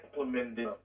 implemented